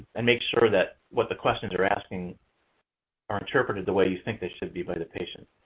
and make sure that what the questions are asking are interpreted the way you think they should be by the patient.